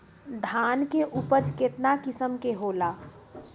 धान के उपज केतना किस्म के होला?